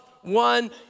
one